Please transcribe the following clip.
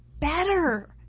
better